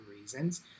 reasons